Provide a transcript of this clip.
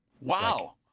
Wow